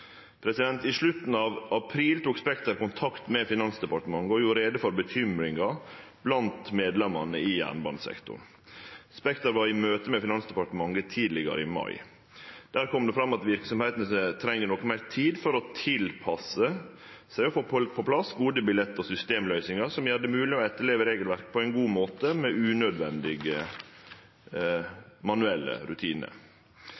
I slutten av april tok Spekter kontakt med Finansdepartementet og gjorde greie for bekymringa blant medlemene i jernbanesektoren. Spekter var i møte med Finansdepartementet tidlegare i mai. Der kom det fram at verksemdene treng noko meir tid til å tilpasse seg og få på plass gode billett- og systemløysingar som gjer det mogleg å etterleve regelverket på ein god måte, utan unødvendige